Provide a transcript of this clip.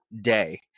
day